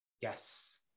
yes